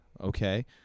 okay